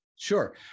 Sure